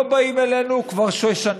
לא באים אלינו כבר שש שנים.